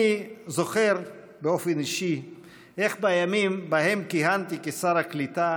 אני זוכר באופן אישי איך בימים שבהם כיהנתי כשר הקליטה,